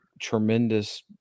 tremendous